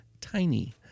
tiny